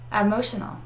Emotional